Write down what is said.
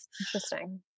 Interesting